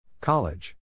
College